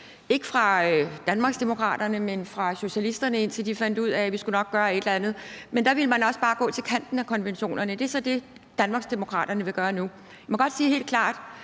ikke fra Danmarksdemokraterne, men fra socialisterne, indtil de fandt ud af, at vi nok skulle gøre et eller andet. Men der ville man også bare gå til kanten af konventionerne. Det er så det, Danmarksdemokraterne vil gøre nu. Jeg vil godt sige helt klart,